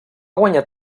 guanyar